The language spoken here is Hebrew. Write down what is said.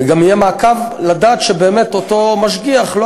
וגם יהיה מעקב לדעת שבאמת אותו משגיח לא